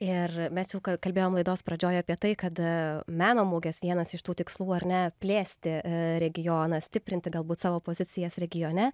ir mes jau kalbėjome laidos pradžioje apie tai kada meno mugės vienas iš tų tikslų ar ne plėsti regioną stiprinti galbūt savo pozicijas regione